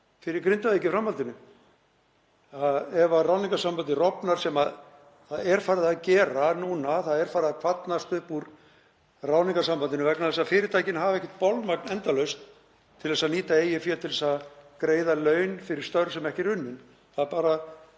fyrir Grindavík í framhaldinu. Ef ráðningarsambandið rofnar — sem það er farið að gera núna, það er farið að kvarnast upp úr ráðningarsambandinu vegna þess að fyrirtækin hafa ekki bolmagn endalaust til að nýta eigið fé til að greiða laun fyrir störf sem ekki er unnin,